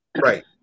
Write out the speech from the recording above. right